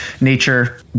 Nature